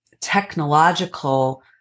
technological